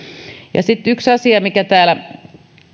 ja sitten yksi asia mistä täällä